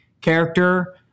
character